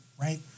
right